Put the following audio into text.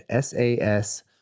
SAS